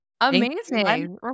amazing